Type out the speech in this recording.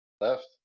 Left